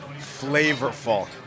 Flavorful